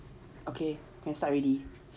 okay can start already